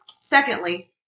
Secondly